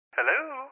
Hello